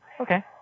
Okay